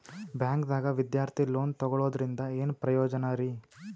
ಬ್ಯಾಂಕ್ದಾಗ ವಿದ್ಯಾರ್ಥಿ ಲೋನ್ ತೊಗೊಳದ್ರಿಂದ ಏನ್ ಪ್ರಯೋಜನ ರಿ?